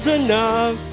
enough